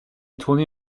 tourné